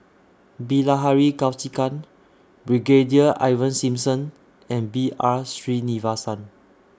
Bilahari Kausikan Brigadier Ivan Simson and B R Sreenivasan